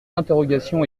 interrogations